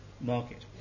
market